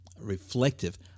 reflective